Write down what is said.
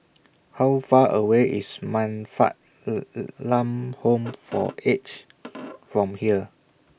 How Far away IS Man Fatt Lam Home For Aged from here